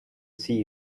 see